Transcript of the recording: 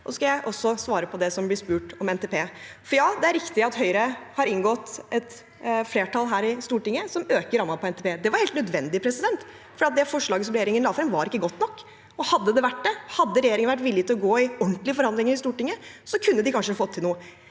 jeg skal også svare på det som det blir spurt om om NTP. Ja, det er riktig at Høyre har inngått et flertall her i Stortinget som øker rammen for NTP. Det var helt nødvendig fordi forslaget som regjeringen la frem, ikke var godt nok. Hadde det vært det, og hadde regjeringen vært villig til å gå i ordentlige forhandlinger i Stortinget, kunne de kanskje fått til noe.